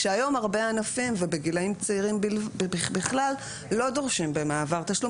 כשהיום הרבה ענפים ובגילאים צעירים בכלל לא דורשים במעבר תשלום,